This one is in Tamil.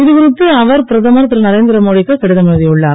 இதுகுறித்து அவர் பிரதமர் ரு நரேந் ரமோடிக்கு கடிதம் எழு உள்ளார்